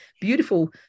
beautiful